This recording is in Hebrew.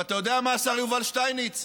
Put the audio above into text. ואתה יודע מה, השר יובל שטייניץ?